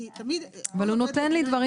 כי תמיד --- אבל הוא נותן לי דברים